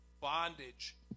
bondage